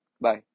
Bye